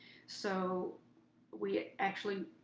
so we actually,